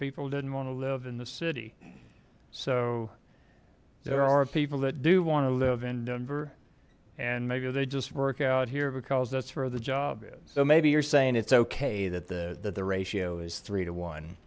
people didn't want to live in the city so there are people that do want to live in denver and maybe they just work out here because that's for the job so maybe you're saying it's okay that the the ratio is three to one